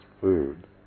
food